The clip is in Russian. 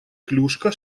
клюшка